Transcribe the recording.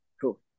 Cool